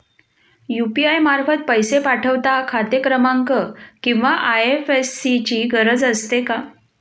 UPI मार्फत पैसे पाठवता खाते क्रमांक किंवा आय.एफ.एस.सी ची गरज असते का?